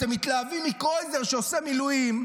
אתם מתלהבים מקרויזר שעושה מילואים,